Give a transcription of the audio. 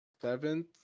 seventh